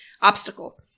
obstacle